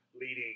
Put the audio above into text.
leading